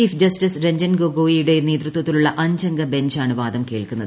chief justice Ranjan Gogoi യുടെ നേതൃത്വത്തിലുള്ള അഞ്ചംഗ ബെഞ്ചാണ് വാദം കേൾക്കുന്നത്